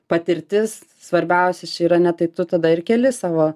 patirtis svarbiausia čia yra ne tai tu tada ir keli savo